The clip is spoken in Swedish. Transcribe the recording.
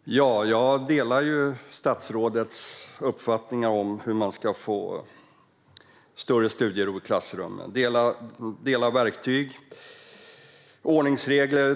Herr talman! Jag delar statsrådets uppfattning om hur man ska få bättre studiero i klassrummen: delade verktyg,